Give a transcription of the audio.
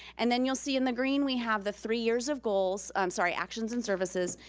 and then you'll see in the green, we have the three years of goals, i'm sorry, actions and services,